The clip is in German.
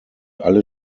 alle